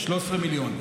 13 מיליון,